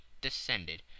descended